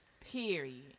Period